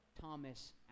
Thomas